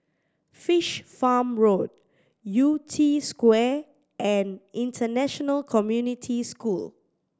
Fish Farm Road Yew Tee Square and International Community School